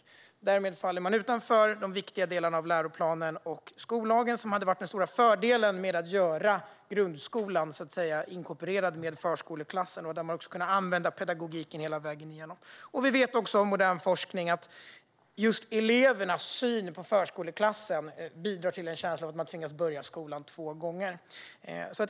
Förskoleklassen faller därmed utanför de viktiga delarna av läroplanen och skollagen, vilket hade varit den stora fördelen med att inkorporera den i grundskolan. Då hade även pedagogiken kunnat användas hela vägen igenom. Vi vet också från modern forskning att elevernas syn på förskoleklassen är att den ger en känsla av att tvingas börja skolan två gånger.